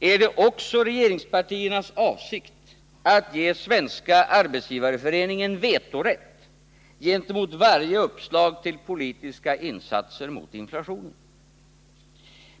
Är det också regeringspartiernas avsikt att ge Svenska arbetsgivareföreningen vetorätt gentemot varje uppslag till politiska insatser mot inflationen?